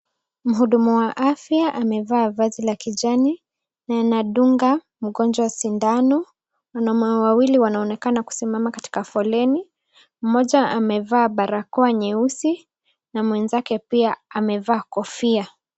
Mhudumu wa afya ameevaa vazi la kijani na anadunga mgonjwa sindano. Wanaume wawili wanaonekana kusimama katika foleni, mmoja amevaa barakoa nyeusi na mwenzake pia amevaa kofia.